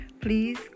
Please